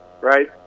right